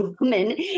woman